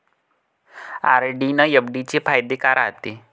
RD अन FD चे फायदे काय रायते?